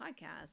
podcast